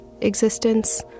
existence